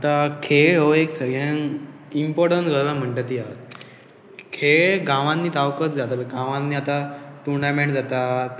आतां खेळ हो एक सगळ्यांक इमपोर्टंट गजाल म्हणटा ती आहा खेळ गांवांनी जावंकच जाय गांवांनी आतां टुर्णमेंट जातात